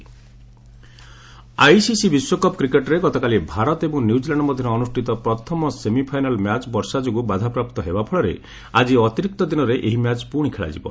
WC cricket ICC ବିଶ୍ୱକପ୍ କ୍ରିକେଟରେ ଗତକାଲି ଭାରତ ଏବଂ ନିଉଜିଲାଣ୍ଡ ମଧ୍ୟରେ ଅନୁଷ୍ଠିତ ପ୍ରଥମ ସେମିଫାଇନାଲ୍ ମ୍ୟାଚ୍ ବର୍ଷା ଯୋଗୁଁ ବାଧାପ୍ରାପ୍ତ ହେବା ଫଳରେ ଆଜି ଅତିରିକ୍ତ ଦିନରେ ଏହି ମ୍ୟାଚ୍ ପ୍ରଶି ଖେଳାଯିବ